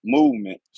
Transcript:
Movement